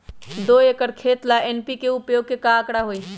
दो एकर खेत ला एन.पी.के उपयोग के का आंकड़ा होई?